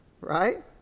Right